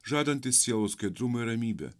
žadantis sielos skaidrumą ir ramybę